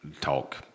talk